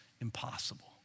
impossible